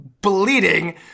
bleeding